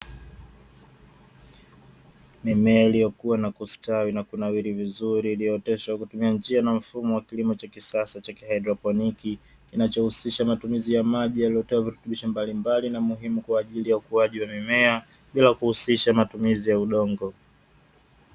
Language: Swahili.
Mimea iliyokua na kustawi na kunawiri vizuri, iliyooteshwa kwa kutumia njia ya mfumo wa kilimo cha kisasa cha haidroponi. Kinachohusisha matumizi ya maji yaliyotiwa virutubisho mbalimbali na muhimu, kwa ajili ya ukuaji wa mimea bila kuhusisha matumizi ya udongo.